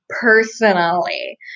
Personally